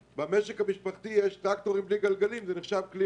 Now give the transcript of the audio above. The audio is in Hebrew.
במשק המשפחתי יש טרקטור בלי גלגלים, זה נחשב כלי